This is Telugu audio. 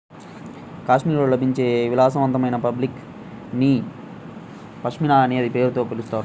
కాశ్మీర్లో లభించే విలాసవంతమైన ఫాబ్రిక్ ని పష్మినా అనే పేరుతో పిలుస్తారు